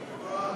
בעד,